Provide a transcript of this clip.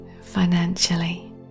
financially